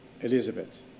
Elizabeth